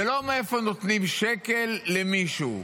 זה לא מאיפה נותנים שקל למישהו.